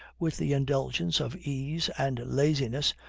with the indulgence of ease and laziness,